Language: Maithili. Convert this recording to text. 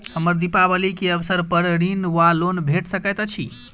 हमरा दिपावली केँ अवसर पर ऋण वा लोन भेट सकैत अछि?